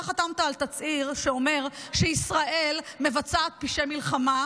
אתה חתמת על תצהיר שאומר שישראל מבצעת פשעי מלחמה,